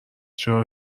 چرا